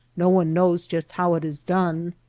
no one knows just how it is done.